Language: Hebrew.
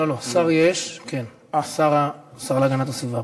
לא, לא, שר יש, השר להגנת הסביבה.